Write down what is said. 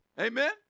Amen